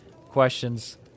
questions